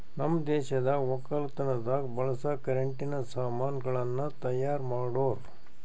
ನಮ್ ದೇಶದಾಗ್ ವಕ್ಕಲತನದಾಗ್ ಬಳಸ ಕರೆಂಟಿನ ಸಾಮಾನ್ ಗಳನ್ನ್ ತೈಯಾರ್ ಮಾಡೋರ್